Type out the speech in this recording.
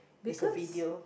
there's a video